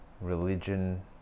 religion